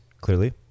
clearly